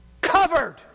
covered